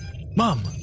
Mom